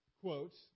quotes